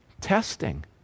Testing